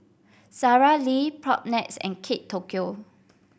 Sara Lee Propnex and Kate Tokyo